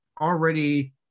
already